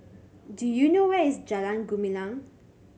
do you know where is Jalan Gumilang